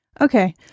Okay